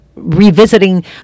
revisiting